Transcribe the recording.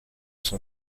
son